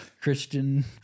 Christian